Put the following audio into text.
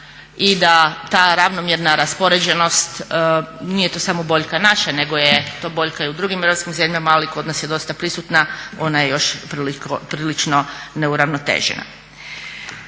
i da ta ravnomjerna raspoređenost, nije to samo boljka naše, nego je to boljka i u drugim europskim zemljama, ali kod nas je dosta prisutna ona je još prilično neuravnotežena.